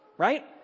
Right